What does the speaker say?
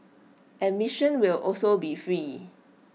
admission will also be free